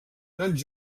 grans